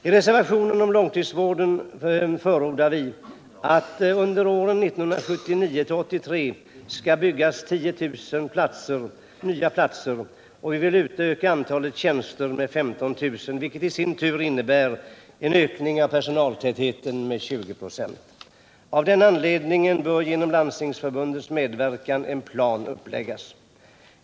I reservationen om långtidsvården förordar vi att 10 000 nya platser skall byggas ut under åren 1979-1983. Vi vill utöka antalet tjänster med 15 000, vilket i sin tur innebär en ökning av personaltätheten med 20 96. Av den anledningen bör genom Landstingsförbundets medverkan en plan upprättas.